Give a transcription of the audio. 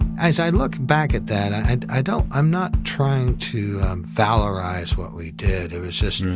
as i look back at that, i and i don't, i'm not trying to valorize what we did. it was just,